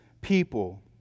people